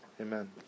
Amen